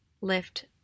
lift